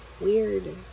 weird